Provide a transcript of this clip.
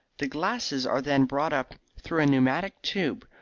the glasses are then brought up through a pneumatic tube,